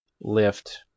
lift